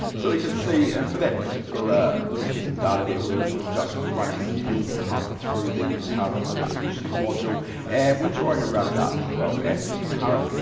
so we can see, and for that particular little piece of data there, we're we're just running the fuel pump through the power distribution module and we're drawing around about twelve amps of current.